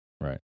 Right